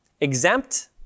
exempt